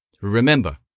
Remember